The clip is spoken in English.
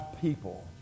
people